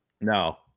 No